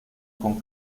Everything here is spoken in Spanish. con